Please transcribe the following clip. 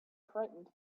frightened